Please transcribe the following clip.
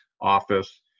office